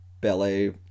ballet